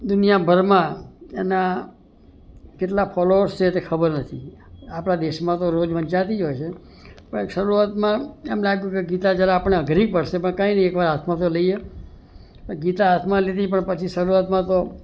દુનિયાભરમાં એના કેટલા ફોલોવર્સ છે તે ખબર નથી આપણા દેસમાં તો રોજ વંચાતી જ હોય છે પણ શરૂઆતમાં એમ લાગ્યું કે ગીતા જરા આપણ ને અઘરી પડશે પણ કઈ નઈ એક વાર હાથમાં તો લઈએ ગીતા હાથમાં લીધી પણ પછી શરૂઆતમાં તો